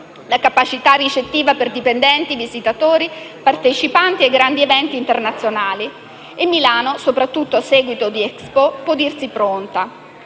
la capacità ricettiva per dipendenti, visitatori, partecipanti ai grandi eventi internazionali e Milano, soprattutto a seguito di Expo, può dirsi pronta.